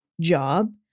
job